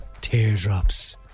Teardrops